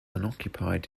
unoccupied